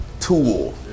tool